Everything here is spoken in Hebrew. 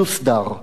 יוסדר.